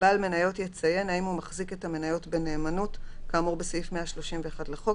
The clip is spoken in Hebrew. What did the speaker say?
בעל מניות יציין האם הוא מחזיק את המניות בנאמנות כאמור בסעיף 131 לחוק,